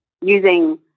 using